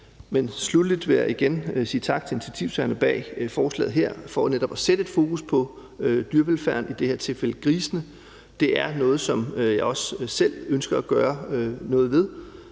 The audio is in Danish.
Sluttelig vil jeg igen sige tak til initiativtagerne bag forslaget her for netop at sætte et fokus på dyrevelfærden, i det her tilfælde grisene. Det er noget, som jeg også selv ønsker at gøre noget ved,